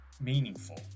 meaningful